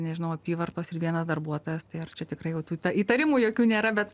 nežinau apyvartos ir vienas darbuotojas tai ar čia tikrai jau tų tą įtarimų jokių nėra bet